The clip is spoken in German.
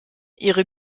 ihre